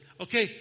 okay